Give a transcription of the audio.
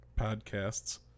podcasts